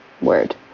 word